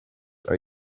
are